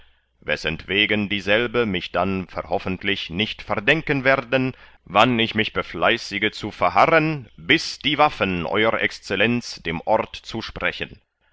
wessentwegen dieselbe mich dann verhoffentlich nicht verdenken werden wann ich mich befleißige zu verharren bis die waffen euer exzell dem ort zusprechen